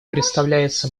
представляется